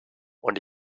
und